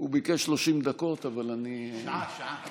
הוא ביקש 30 דקות, אבל אני, שעה.